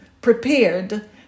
prepared